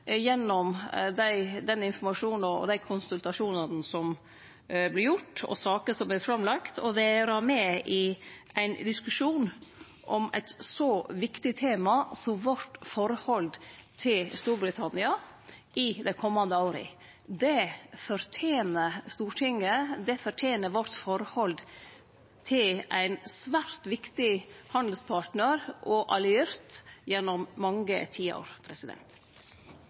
og gjennom dei konsultasjonane som vert gjorde, og gjennom saker som vert lagde fram – å vere med i ein diskusjon om eit så viktig tema som forholdet vårt til Storbritannia i dei komande åra. Det fortener Stortinget, det fortener forholdet vårt til ein svært viktig handelspartnar og alliert gjennom mange tiår.